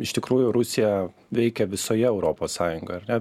iš tikrųjų rusija veikia visoje europos sąjungoj ar ne